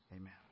Amen